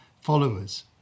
followers